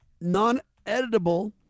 Non-editable